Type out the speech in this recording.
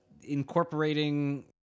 incorporating